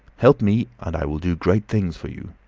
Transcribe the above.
help me and i will do great things for you.